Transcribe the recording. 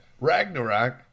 Ragnarok